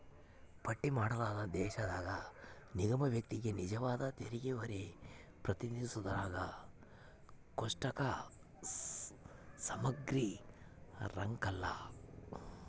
ಪಟ್ಟಿ ಮಾಡಲಾದ ದೇಶದಾಗ ನಿಗಮ ವ್ಯಕ್ತಿಗೆ ನಿಜವಾದ ತೆರಿಗೆಹೊರೆ ಪ್ರತಿನಿಧಿಸೋದ್ರಾಗ ಕೋಷ್ಟಕ ಸಮಗ್ರಿರಂಕಲ್ಲ